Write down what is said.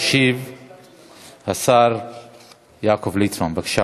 ישיב השר יעקב ליצמן, בבקשה.